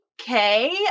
okay